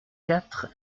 quatre